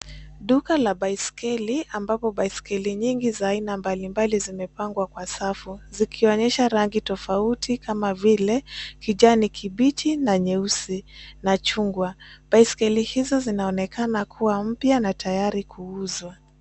Duka la baisekeli ambapo baisikeli nyingi za aina mbalimbali zimepangwa kwa safu, zikionyesha rangi tofauti kama vile kijani kibichi na nyeusi na chungwa, baisikeli hizo zinaonekana kuwa mpya na tayari kuuzwa.